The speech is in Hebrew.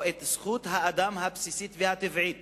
או את זכות האדם הבסיסית והטבעית